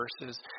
verses